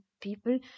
people